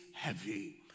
heavy